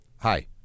Hi